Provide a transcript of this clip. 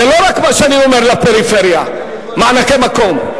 זה לא רק מה שאני אומר לפריפריה, מענקי מקום.